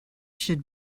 should